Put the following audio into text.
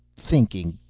thinking.